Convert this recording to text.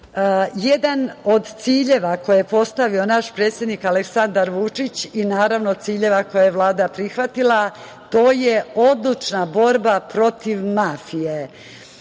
od ciljeva koje je postavio naš predsednik Aleksandar Vučić i ciljeve kakve je Vlada prihvatila, to je odlučna borba protiv mafije.